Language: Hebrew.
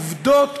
עובדות,